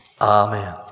Amen